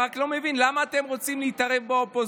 אני רק לא מבין, למה אתם רוצים להתערב באופוזיציה?